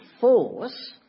force